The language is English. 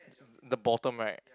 the bottom right